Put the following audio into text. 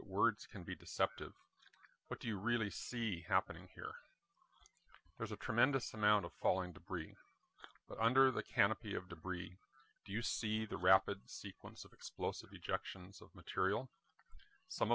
words can be deceptive but do you really see happening here there's a tremendous amount of falling debris under the canopy of debris you see the rapid sequence of explosive ejections of material some